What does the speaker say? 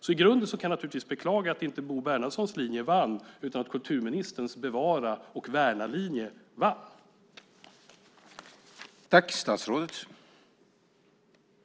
I grunden kan jag alltså beklaga att inte Bo Bernhardssons linje vann utan att kulturministerns bevara och värnalinje vann.